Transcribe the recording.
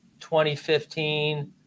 2015